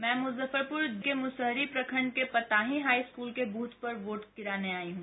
मैं मुजफ्फरपुर के मुसहरी प्रखंड के पताही हाई स्कूल के बूथ पर वोट गिराने आई हुँ